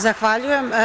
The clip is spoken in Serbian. Zahvaljujem.